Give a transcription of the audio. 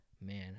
Man